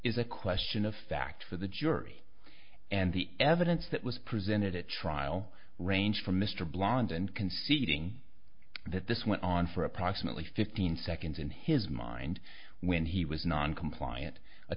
is a question of fact for the jury and the evidence that was presented at trial range from mr blonde and conceding that this went on for approximately fifteen seconds in his mind when he was non compliant